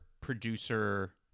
producer